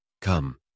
Come